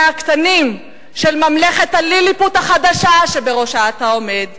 הקטנים של ממלכת ליליפוט החדשה שבראשה אתה עומד.